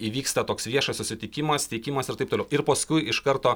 įvyksta toks viešas susitikimas teikimas ir taip toliau ir paskui iš karto